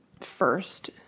first